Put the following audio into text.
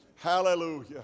Hallelujah